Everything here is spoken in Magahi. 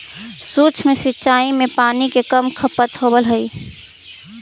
सूक्ष्म सिंचाई में पानी के कम खपत होवऽ हइ